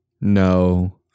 No